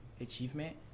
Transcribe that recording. achievement